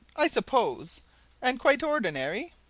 i suppose and quite ordinary?